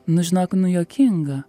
nu žinok nu juokinga